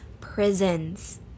prisons